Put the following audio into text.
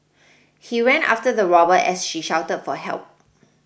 he ran after the robber as she shouted for help